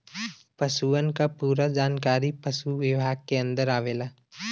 पसुअन क पूरा जानकारी पसु विभाग के अन्दर आवला